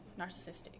narcissistic